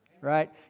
right